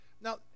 Now